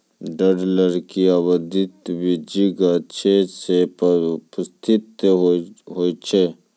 दृढ़ लकड़ी आवृति बीजी गाछो सें उत्पादित होय छै?